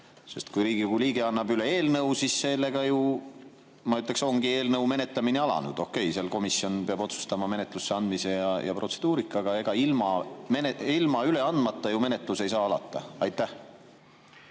Kui Riigikogu liige annab üle eelnõu, siis sellega ju, ma ütleks, ongi eelnõu menetlemine alanud. Okei, komisjon peab otsustama menetlusse andmise ja protseduurika, aga ega ilma üle andmata menetlus ei saa ju alata. Aitäh!